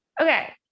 Okay